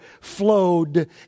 flowed